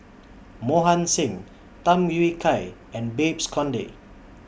Mohan Singh Tham Yui Kai and Babes Conde